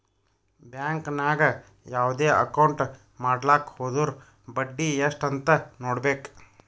bank ನಾಗ್ ಯಾವ್ದೇ account ಮಾಡ್ಲಾಕ ಹೊದುರ್ ಬಡ್ಡಿ ಎಸ್ಟ್ ಅಂತ್ ನೊಡ್ಬೇಕ